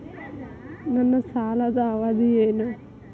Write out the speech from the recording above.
ನನ್ನ ಸಾಲದ ಅವಧಿ ಏನು?